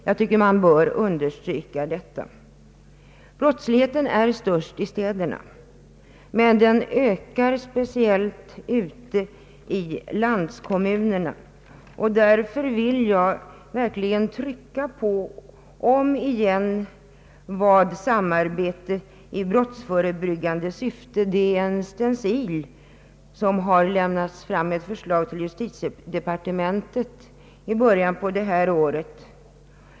Jag tycker att man bör understryka detta. Brottsligheten är störst i städerna, men den ökar speciellt ute i landskommunerna. Därför vill jag verkligen om igen trycka på samarbetet i brottsförebyggande syfte och den stencil med förslag som en arbetsgrupp har lämnat till justitiedepartementet i början av detta år.